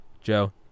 Joe